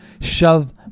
Shove